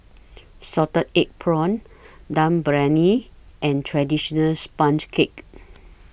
Salted Egg Prawns Dum Briyani and Traditional Sponge Cake